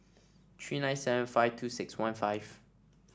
three nine seven five two six one five